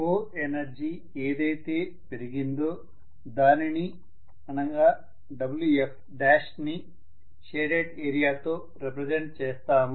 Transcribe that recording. coenergy ఏదైతే పెరిగిందో దానిని అంటే Wf ని షేడెడ్ ఏరియాతో రెప్రెజెంట్ చేస్తాము